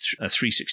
360